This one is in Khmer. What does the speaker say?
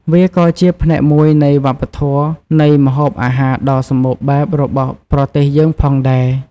វាក៏ជាផ្នែកមួយនៃវប្បធម៌នៃម្ហូបអាហារដ៏សម្បូរបែបរបស់ប្រទេសយើងផងដែរ ។